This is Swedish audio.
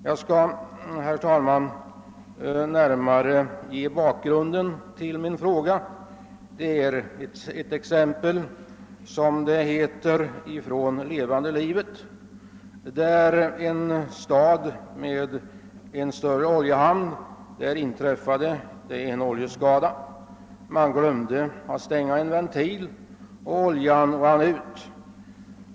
Jag skall, herr talman, närmare ange bakgrunden till min fråga — det är en händelse ur levande livet, som det heter. I en stad med en större oljehamn inträffade en oljeskada på grund av att någon glömde att stänga en ventil och olja rann ut.